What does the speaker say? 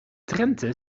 drenthe